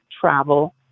travel